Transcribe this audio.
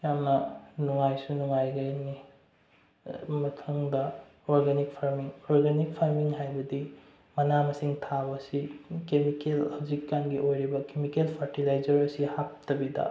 ꯌꯥꯝꯅ ꯅꯨꯡꯉꯥꯏꯁꯨ ꯅꯨꯡꯉꯥꯏꯒꯅꯤ ꯃꯊꯪꯗ ꯑꯣꯔꯒꯥꯅꯤꯛ ꯐꯥꯔꯃꯤꯡ ꯑꯣꯔꯒꯥꯅꯤꯛ ꯐꯥꯔꯃꯤꯡ ꯍꯥꯏꯕꯗꯤ ꯃꯅꯥ ꯃꯁꯤꯡ ꯊꯥꯕꯁꯤ ꯀꯦꯃꯤꯀꯦꯜ ꯍꯧꯖꯤꯛꯀꯥꯟꯒꯤ ꯑꯣꯏꯔꯤꯕ ꯀꯦꯃꯤꯀꯦꯜ ꯐꯔꯇꯤꯂꯥꯏꯖꯔ ꯑꯁꯤ ꯍꯥꯞꯇꯕꯤꯗ